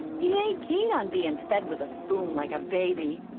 he ain't keen on bein' fed with a spoon like a baby.